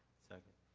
second.